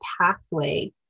pathway